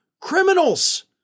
criminals